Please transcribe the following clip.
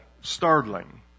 startling